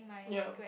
yup